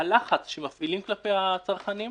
הלחץ שמפעילים כלפי הצרכנים,